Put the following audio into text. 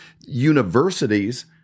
universities